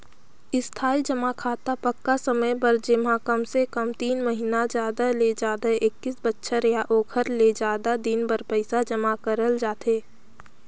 इस्थाई जमा खाता पक्का समय बर जेम्हा कमसे कम तीन महिना जादा ले जादा एक्कीस बछर या ओखर ले जादा दिन बर पइसा जमा करल जाथे